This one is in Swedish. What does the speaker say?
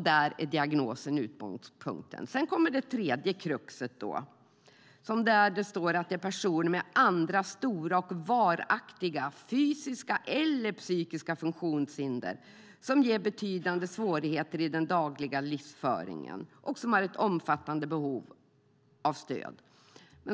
Där är diagnosen utgångspunkten. Sedan kommer det tredje kruxet; det står att det gäller en person med andra stora och varaktiga fysiska eller psykiska funktionshinder som ger betydande svårigheter i den dagliga livsföringen och som har ett omfattande behov av stöd.